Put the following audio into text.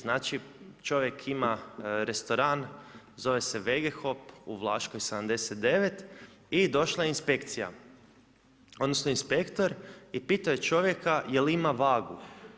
Znači čovjek ima restoran zove se Vegehop u Vlaškoj 79 i došla je inspekcija, odnosno inspektor i pitao je čovjeka je li ima vagu.